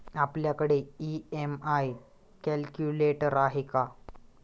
आपल्याकडे EMI calculator आहे का?